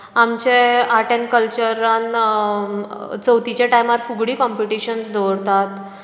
आमचे art and कल्चरान चवथीच्या टायमार फुगडी कॉम्पिटीशन दवरतात